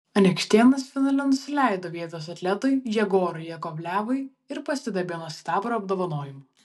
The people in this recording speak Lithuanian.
anykštėnas finale nusileido vietos atletui jegorui jakovlevui ir pasidabino sidabro apdovanojimu